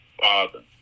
Father